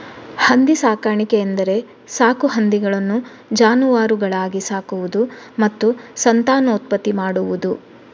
ಹಂದಿ ಸಾಕಾಣಿಕೆ ಎಂದರೆ ಸಾಕು ಹಂದಿಗಳನ್ನು ಜಾನುವಾರುಗಳಾಗಿ ಸಾಕುವುದು ಮತ್ತು ಸಂತಾನೋತ್ಪತ್ತಿ ಮಾಡುವುದು